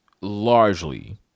largely